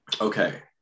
Okay